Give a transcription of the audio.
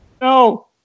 No